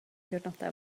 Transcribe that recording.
diwrnodau